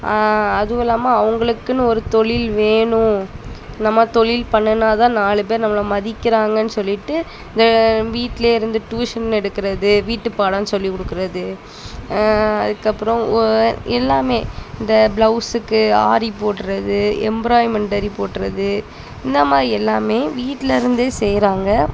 அதுவும் இல்லாமல் அவங்களுக்குன்னு ஒரு தொழில் வேணும் நம்ம தொழில் பண்ணுனா தான் நாலு பேர் நம்மளை மதிக்கிறாங்கன்னு சொல்லிட்டு இந்த வீட்டிலையே இருந்து டூஷன் எடுக்கிறது வீட்டு பாடம் சொல்லி கொடுக்குறது அதுக்கு அப்புறம் எல்லாமே இந்த ப்ளவுசுக்கு ஆரி போடுறது எம்பிராயிமெண்டரி போடுகிறது இந்த மாதிரி எல்லாமே வீட்டில் இருந்தே செய்கிறாங்க